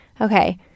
Okay